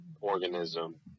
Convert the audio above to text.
organism